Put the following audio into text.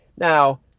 Now